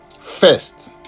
first